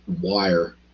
wire